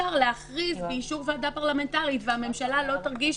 אפשר להכריז באישור ועדה פרלמנטרית והממשלה לא תרגיש